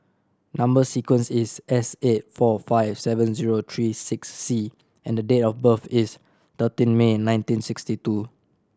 number sequence is S eight four five seven zero three six C and the date of birth is thirteen May nineteen sixty two